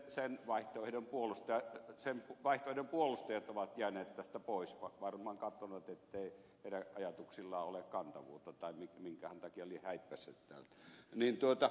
sen vaihtoehdon puolustajat ovat jääneet tästä pois varmaan katsoneet ettei heidän ajatuksillaan ole kantavuutta tai minkähän takia lie häippäisseet täältä